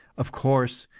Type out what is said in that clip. of course,